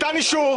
ניתן אישור.